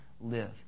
Live